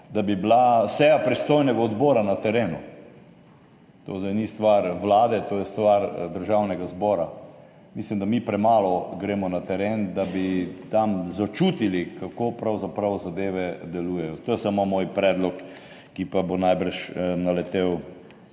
da bi bila seja pristojnega odbora na terenu. To zdaj ni stvar vlade, to je stvar Državnega zbora. Mislim, da mi premalo gremo na teren, da bi tam začutili, kako pravzaprav zadeve delujejo. To je samo moj predlog, ki pa bo najbrž naletel